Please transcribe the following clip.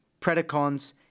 Predacons